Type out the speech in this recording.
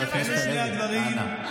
זאת תפיסת העולם שלכם?